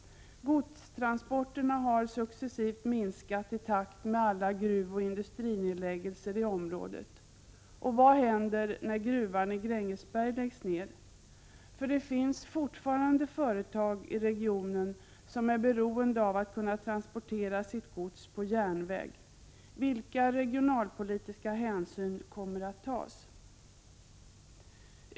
Godstransporterna har successivt minskat i takt med alla gruvoch industrinedläggelser i området. Vad händer när t.ex. gruvan i Grängesberg läggs ner? Det finns fortfarande företag i regionen som är beroende av att kunna transportera sitt gods på järnväg. Vilka regionalpolitiska hänsyn kommer att tas?